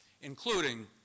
including